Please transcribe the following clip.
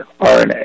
RNA